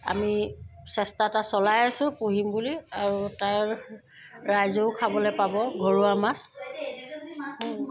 আমি চেষ্টা এটা চলাই আছোঁ পুহিম বুলি আৰু তাৰ ৰাইজেও খাবলৈ পাব ঘৰুৱা মাছ